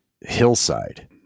hillside